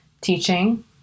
teaching